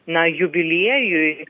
na jubiliejui